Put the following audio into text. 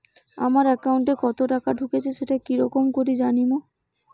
আমার একাউন্টে কতো টাকা ঢুকেছে সেটা কি রকম করি জানিম?